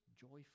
joyful